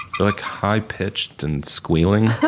like high pitched and squealing.